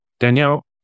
Danielle